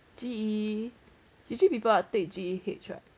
G_E usually people are take G_E_H right